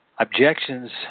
Objections